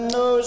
no